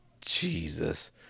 Jesus